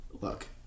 Look